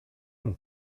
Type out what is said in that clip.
mon